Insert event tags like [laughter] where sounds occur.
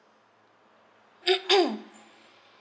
[coughs]